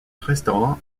restaurant